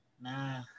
Nah